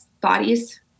bodies